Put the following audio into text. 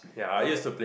all the